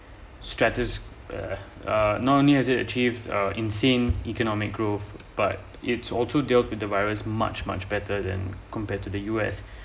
insane economic growth but it's also dealt with the virus much much better than compared to the U_S